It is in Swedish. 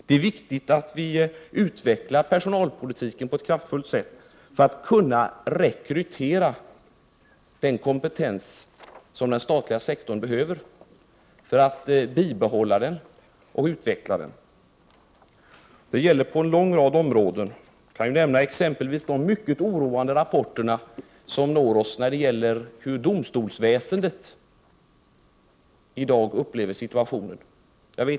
Det är viktigt att vi utvecklar personalpolitiken på ett kraftfullt sätt för att kunna rekrytera den kompetens som den statliga sektorn behöver och för att bibehålla och utveckla den. Detta gäller på en lång rad områden. Jag kan nämna exempelvis de mycket oroande rapporter som når oss när det gäller hur domstolsväsendet i dag upplever situationen.